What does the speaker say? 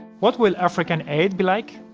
what will african aid be like?